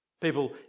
People